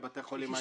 לבתי חולים,